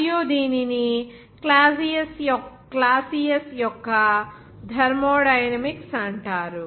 మరియు దీనిని క్లాసియస్ యొక్క థర్మోడైనమిక్స్ అంటారు